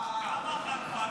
כמה חנפנות.